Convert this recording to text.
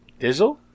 Dizzle